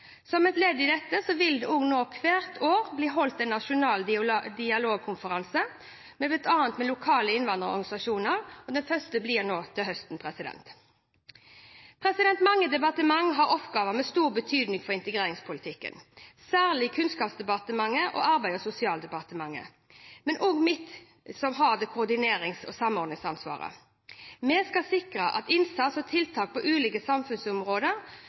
Som et ledd i dette, vil det hvert år bli holdt en nasjonal dialogkonferanse, med bl.a. lokale innvandrerorganisasjoner. Den første blir nå til høsten. Mange departementer har oppgaver med stor betydning for integreringspolitikken, særlig Kunnskapsdepartementet og Arbeids- og sosialdepartementet, men også mitt departement, som har koordinerings- og samordningsansvaret. Vi skal sikre at innsats og tiltak på ulike samfunnsområder